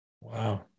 Wow